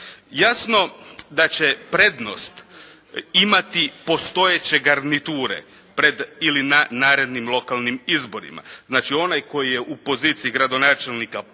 Jasno da će prednost imati postojeće garniture pred ili na narednim lokalnim izborima. Znači onaj koji je u poziciji gradonačelnika